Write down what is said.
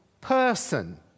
person